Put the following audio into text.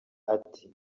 ati